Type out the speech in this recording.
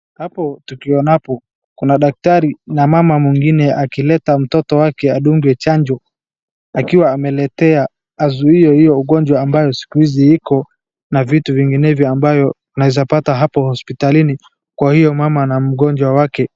Hapo tukionapo kuna daktari na mama mwingine akileta mtoto wake adungwe chanjo akiwa ameletea azuie hiyo ugonjwa ambayo siku hizi iko na vitu vinginevyo ambayo unaweza pata hapo hospitalini kwa hiyo mama na mgonjwa wake.